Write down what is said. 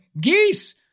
geese